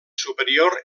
superior